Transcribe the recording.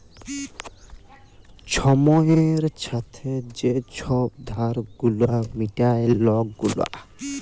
ছময়ের ছাথে যে ছব ধার গুলা মিটায় লক গুলা